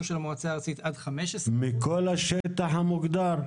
המועצה הארצית עד 15%. מכל השטח המוגדר,